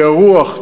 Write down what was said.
כי הרוח,